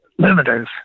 limiters